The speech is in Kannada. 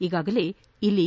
ಈಗಾಗಲೇ ಇಲಿ